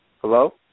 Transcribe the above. Hello